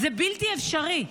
זה בלתי אפשרי,